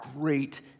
great